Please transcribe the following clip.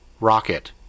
rocket